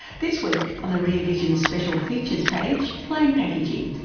this week on the rear vision special features page, plain packaging,